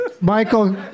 Michael